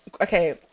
okay